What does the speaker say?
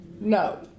No